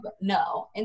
no